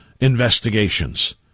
investigations